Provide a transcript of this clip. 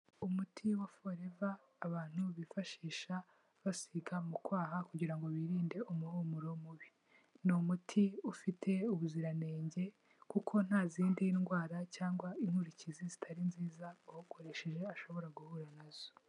Umuti wa Forever abantu bifashisha basiga mu kwaha kugira ngo birinde umuhumuro mubi. Ni umuti ufite ubuziranenge kuko nta zindi ndwara cyangwa inkurikizi zitari nziza uwawukoresheje ashobora guhura na zo.